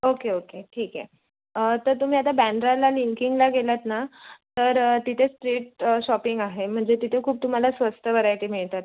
okay okay ठीक आहे तर तुम्ही आता बँड्राला लिंकिंगला गेलात ना तर तिथे स्ट्रीट शॉपिंग आहे म्हणजे तिथे खूप तुम्हाला स्वस्त व्हरायटी मिळतात